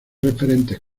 referentes